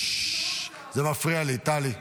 זה מפריע לי, טלי,